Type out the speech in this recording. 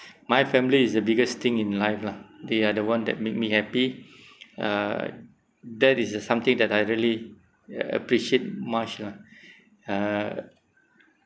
my family is the biggest thing in life lah they are the one that make me happy uh that is the something that I really appreciate much lah uh